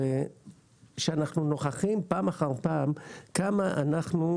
שאנחנו נוכחים פעם אחר פעם כמה אנחנו,